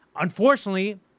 Unfortunately